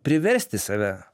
priversti save